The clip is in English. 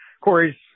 Corey's